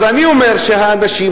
אז אני אומר שהאנשים,